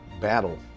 battle